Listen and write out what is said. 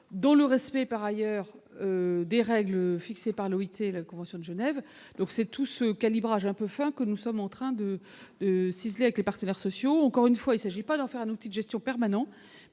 dans le respect, bien sûr, des règles fixées par l'OIT et par la convention de Genève. C'est ce calibrage fin que nous sommes en train de ciseler avec les partenaires sociaux. Encore une fois, il ne s'agit pas d'en faire un outil permanent